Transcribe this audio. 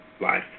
life